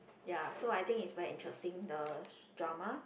ya so I think it's very interesting the drama